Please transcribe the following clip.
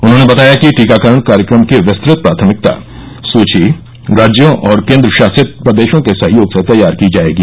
उन्होंने बताया कि टीकाकरण कार्यक्रम की विस्तृत प्राथमिकता सुची राज्यों और केन्द्रशासित प्रदेशों के सहयोग से तैयार की जायेगी